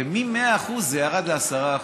ומ-100% זה ירד ל-10%.